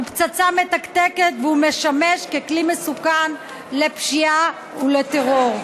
הוא פצצה מתקתקת והוא משמש כלי מסוכן לפשיעה ולטרור.